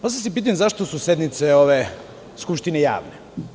Postavlja se pitanje, zašto su sednice ove Skupštine javne?